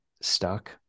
stuck